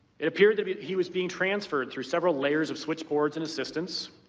it appeared that he was being transferred through several layers of switchboards and systems,